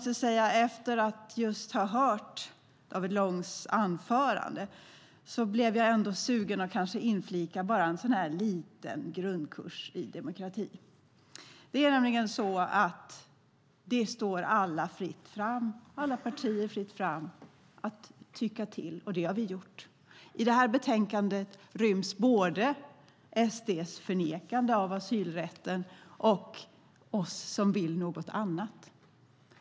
Efter att ha hört David Långs anförande blev jag sugen på att inflika en liten grundkurs i demokrati. Det står alla partier fritt att tycka till, och det har vi gjort. I det här betänkandet ryms både SD:s förnekande av asylrätten och vår syn, vi som vill något annat.